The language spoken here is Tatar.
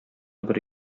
бер